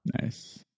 Nice